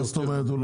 מה זאת אומרת?